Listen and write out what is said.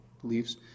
beliefs